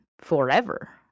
forever